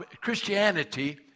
Christianity